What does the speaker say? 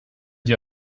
dir